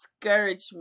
discouragement